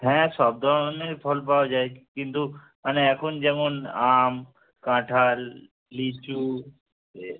হ্যাঁ সব ধরনের ফল পাওয়া যায় কিন্তু মানে এখন যেমন আম কাঁঠাল লিচু এ